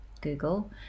Google